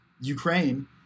Ukraine